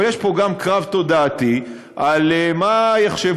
אבל יש פה גם קרב תודעתי על מה יחשוב